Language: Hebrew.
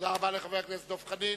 תודה רבה לחבר הכנסת דב חנין.